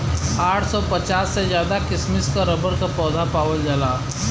आठ सौ पचास से ज्यादा किसिम क रबर क पौधा पावल जाला